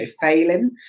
failing